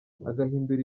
agahindura